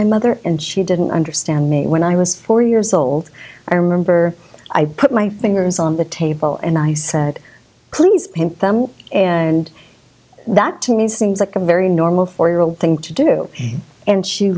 my mother and she didn't understand me when i was four years old i remember i put my fingers on the table and i said please paint them and that to me seems like a very normal four year old thing to do and she